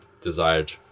desired